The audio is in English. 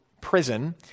prison